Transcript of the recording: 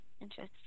interesting